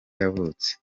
yavutse